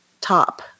top